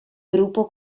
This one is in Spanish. grupo